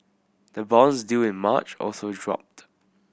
the bonds due in March also dropped